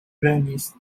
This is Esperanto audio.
venis